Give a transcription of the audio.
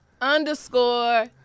underscore